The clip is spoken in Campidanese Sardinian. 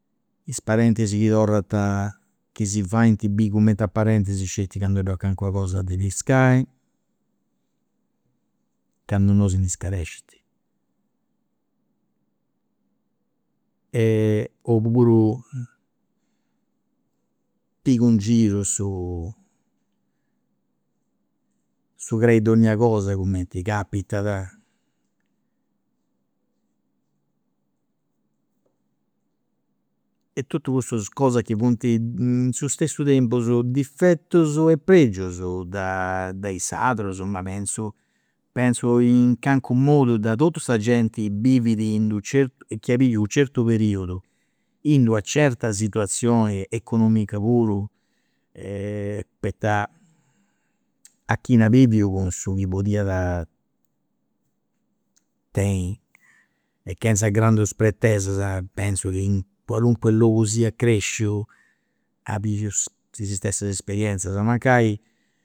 Is parentis chi torrant a chi si faint a biri cumenti a parentis sceti candu ddoi est calincuna cosa de piscai, candu non si ndi scarescint. e oppuru pigu in giru su su crei dogna cosa cumenti capitada e totus cussas cosas chi funt in su stessu tempus difettus e pregius de is sardus ma penzu penzu in calincunu modu de totu sa genti bivit, chi at biviu u' certu periudu in d'una certa situazioni economica puru e poita a chi at biviu cu su chi podiat tenni e chenza grandu pretesas pentzu chi in qualunque logu siat cresciu at biviu is stessas esperienzias, mancai